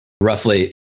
roughly